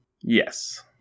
Yes